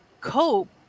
cope